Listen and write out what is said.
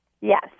Yes